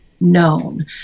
known